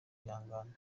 kwihangana